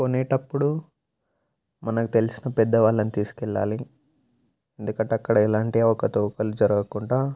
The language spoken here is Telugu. కొనేటప్పుడు మనకు తెలిసిన పెద్దవాళ్ళను తీసుకెళ్ళాలి ఎందుకంటే అక్కడ ఎలాంటి అవకతవకలు జరగకుండా